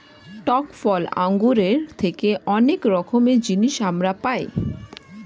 টক ফল আঙ্গুরের থেকে অনেক রকমের জিনিস আমরা পাই